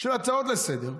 של הצעות לסדר-היום,